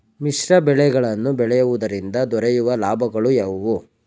ಮಿಶ್ರ ಬೆಳೆಗಳನ್ನು ಬೆಳೆಯುವುದರಿಂದ ದೊರಕುವ ಲಾಭಗಳು ಯಾವುವು?